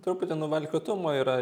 truputį nuvalkiotumo yra